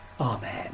Amen